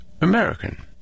American